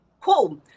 cool